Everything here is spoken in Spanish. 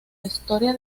historia